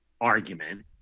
argument